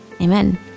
Amen